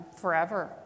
forever